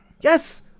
Yes